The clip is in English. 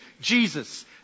Jesus